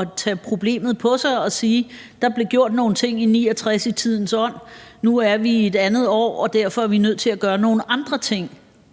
at tage problemet på sig og sige: Der blev gjort nogle ting i 1969 i tidens ånd. Nu er vi i et andet år, og derfor er vi nødt til at gøre nogle andre ting,